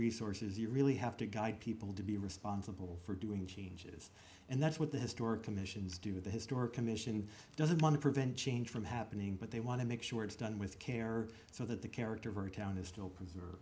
resources you really have to guide people to be responsible for doing changes and that's what the historic commissions do the historic commission doesn't want to prevent change from happening but they want to make sure it's done with care so that the character of our town is still preserve